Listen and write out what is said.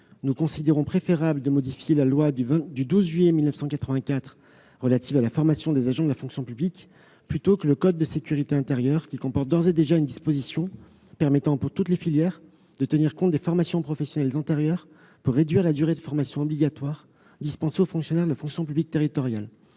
nous pensons préférable de modifier la loi du 12 juillet 1984 relative à la formation des agents de la fonction publique plutôt que le code de la sécurité intérieure, qui comporte d'ores et déjà une disposition permettant, pour toutes les filières, de tenir compte des formations professionnelles antérieures pour réduire la durée de la formation obligatoire dispensée aux fonctionnaires de la fonction publique territoriale.